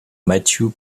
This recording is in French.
matthew